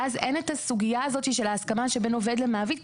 ואז אין סוגיה של הסכמה בין עובד למעביד,